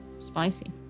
Spicy